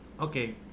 Okay